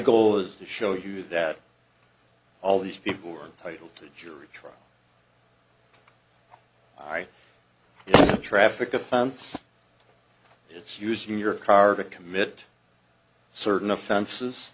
goal is to show you that all these people were entitle to jury trial i traffic offense it's use in your car to commit certain offenses